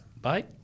Bye